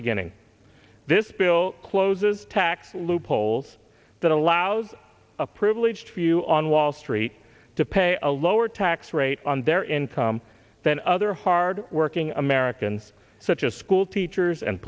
beginning this bill closes tax loopholes that allows a privileged few on wall street to pay a lower tax rate on their income than other hard working americans such as school teachers and